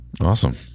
Awesome